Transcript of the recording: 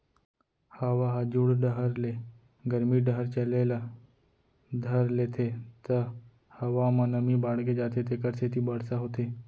हवा ह जुड़ डहर ले गरमी डहर चले ल धर लेथे त हवा म नमी बाड़गे जाथे जेकर सेती बरसा होथे